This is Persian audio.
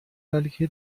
بلکه